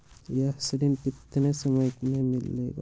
यह ऋण कितने समय मे मिलेगा?